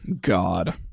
God